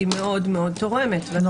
היא מאוד תורמת --- זה נכון.